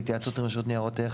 בהתייעצות עם רשות ניירות ערך,